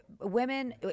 Women